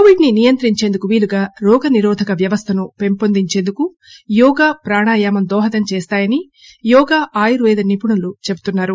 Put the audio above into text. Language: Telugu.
కోవిడ్ ను నియంత్రించేందుకు వీలుగా రోగ నిరోధక వ్యవస్థను పెంచేందుకు యోగా ప్రాణాయామం దోహదం చేస్తాయని యోగా ఆయుర్వేద నిపుణులు చెబుతున్నారు